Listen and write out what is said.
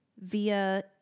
via